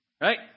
Right